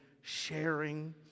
sharing